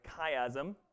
chiasm